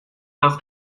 das